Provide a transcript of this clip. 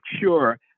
sure